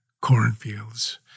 cornfields